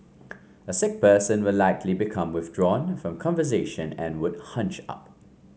a sick person will likely become withdrawn from conversation and would hunch up